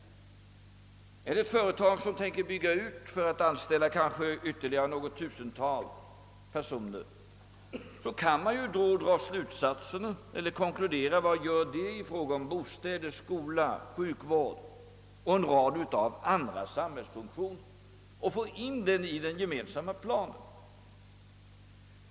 Om det är ett företag som tänker bygga ut och anställa kanske ytterligare något tusental personer, så kan man dra slutsatsen att det betyder mycket i fråga om bostäder, skolor, sjukvård etc. och få in dessa anordningar i den gemensamma planen.